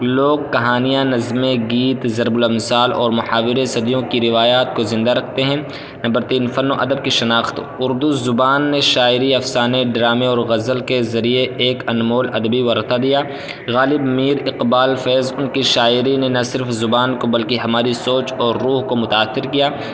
لوک کہانیاں نظمیں گیت ضرب الامثال اور محاورے صدیوں کی روایات کو زندہ رکھتے ہیں نمبر تین فن و ادب کی شناخت اردو زبان نے شاعری افسانے ڈرامے اور غزل کے ذریعے ایک انمول ادبی ورثہ دیا غالب میر اقبال فیض ان کی شاعری نے نہ صرف زبان کو بلکہ ہماری سوچ اور روح کو متاثر کیا